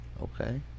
okay